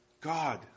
God